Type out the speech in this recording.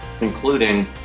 including